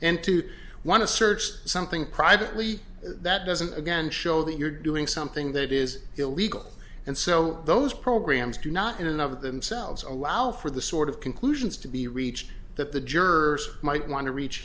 and to want to search something privately that doesn't again show that you're doing something that is illegal and so those programs do not in and of themselves allow for the sort of conclusions to be reached that the jurors might want to reach